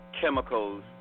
chemicals